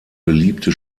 beliebte